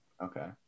okay